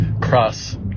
cross